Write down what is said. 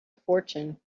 fortune